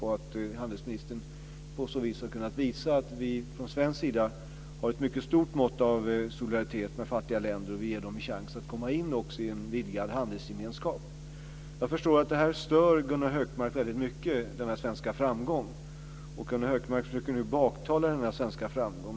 På så vis har handelsministern kunnat visa att vi från svensk sida har ett mycket stort mått av solidaritet med fattiga länder och ger dem en chans att komma in i en vidgad handelsgemenskap. Jag förstår att denna svenska framgång stör Gunnar Hökmark väldigt mycket. Gunnar Hökmark försöker nu baktala den här svenska framgången.